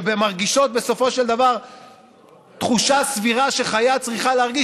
ומרגישות בסופו של דבר תחושה סבירה שחיה צריכה להרגיש,